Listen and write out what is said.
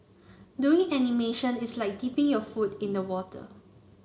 doing animation is like dipping your foot in the water